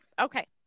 okay